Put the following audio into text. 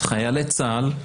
חיילי צה"ל,